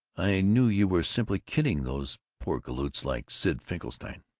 i knew you were simply kidding those poor galoots like sid finkelstein.